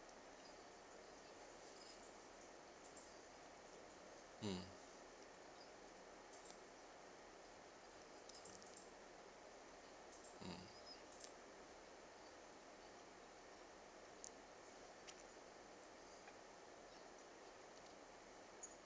mm mm